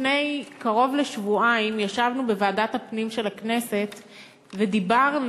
לפני קרוב לשבועיים ישבנו בוועדת הפנים של הכנסת ודיברנו,